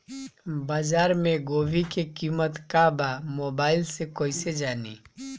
बाजार में गोभी के कीमत का बा मोबाइल से कइसे जानी?